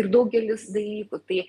daugelis dalykų tai